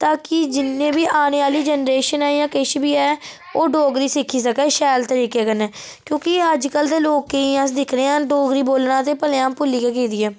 ताकि जिन्ने बी औने आह्ली जनरेशन ऐ जां किश बी ऐ ओह् डोगरी सिक्खी सकै शैल तरीके कन्नै क्यूंकि एह् अजकल्ल दे लोके गी अस दिक्खने आं डोगरी बोलना ते भलेआं भुल्ली गै गेदी ऐ